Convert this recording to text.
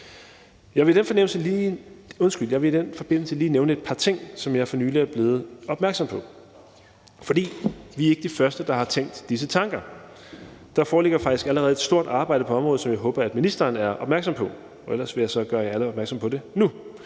Jeg vil i den forbindelse lige nævne et par ting, som jeg for nylig er blevet opmærksom på. Vi er ikke de første, der har tænkt de her tanker. Der foreligger faktisk allerede et stort arbejde på området, som jeg håber at ministeren er opmærksom på. Ellers vil jeg så gøre jer alle opmærksomme på det nu.